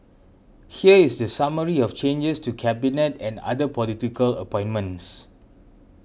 here is the summary of changes to Cabinet and other political appointments